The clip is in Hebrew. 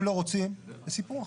אם לא רוצים, זה סיפור אחר.